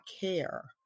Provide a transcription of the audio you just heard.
care